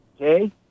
Okay